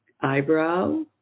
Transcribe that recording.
eyebrow